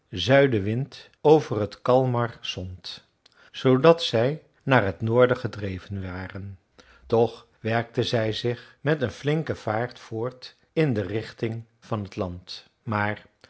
zuidenwind over t kalmar sond zoodat zij naar het noorden gedreven waren toch werkten zij zich met een flinke vaart voort in de richting van het land maar